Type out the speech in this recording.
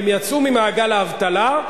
הם יצאו ממעגל האבטלה,